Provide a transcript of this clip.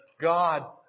God